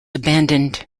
abandoned